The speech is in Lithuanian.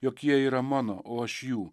jog jie yra mano o aš jų